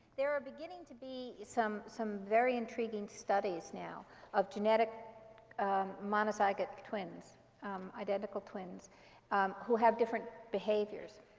there are beginning to be some some very intriguing studies now of genetic monozygote twins identical twins who have different behaviors.